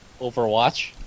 Overwatch